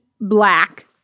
black